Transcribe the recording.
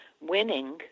winning